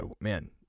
man